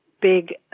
big